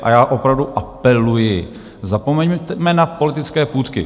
A já opravdu apeluji, zapomeňme na politické půtky.